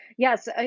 Yes